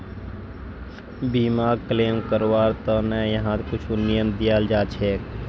बीमाक क्लेम करवार त न यहात कुछु नियम दियाल जा छेक